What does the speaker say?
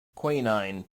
quinine